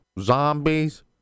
Zombies